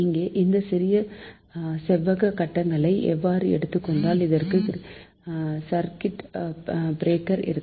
இங்கே இந்த சிறிய செவ்வக கட்டங்களை எவ்வாறு எடுத்துக்கொண்டால் இதற்குள் சர்கிட் பிரேக்கர் இருக்கும்